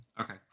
Okay